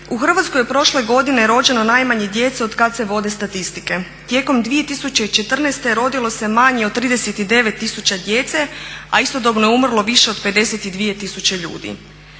U Hrvatskoj je prošle godine rođeno najmanje djece od kada se vode statistike. Tijekom 2014.rodilo se manje od 39.000 djece, a istodobno je umrlo više od 52.000 ljudi.